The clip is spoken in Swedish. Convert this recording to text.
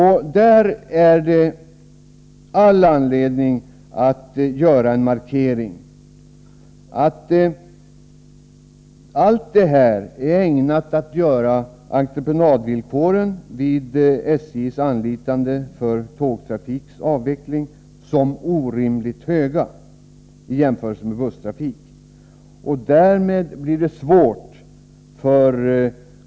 Här finns all anledning att göra en markering — att allt detta är ägnat att göra entreprenadvillkoren vid anlitande av SJ för tågtrafiks avveckling orimligt hårda i jämförelse med vad som gäller för busstrafik.